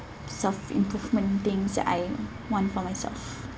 self improvement things that I want for myself